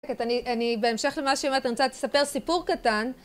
אני, בהמשך למה שהיא אומרת, אני רוצה לספר סיפור קטן.